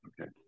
Okay